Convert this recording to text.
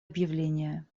объявления